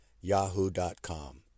yahoo.com